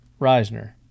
Reisner